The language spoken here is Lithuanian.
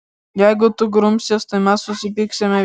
jeigu tu grumsies tai mes susipyksime